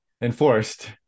enforced